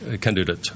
candidate